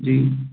जी